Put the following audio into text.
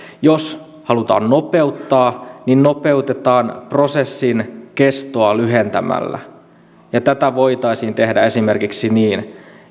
jos halutaan nopeuttaa niin nopeutetaan prosessin kestoa lyhentämällä tätä voitaisiin tehdä esimerkiksi niin